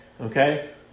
Okay